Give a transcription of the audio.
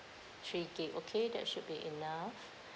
three gigabyte okay that should be enough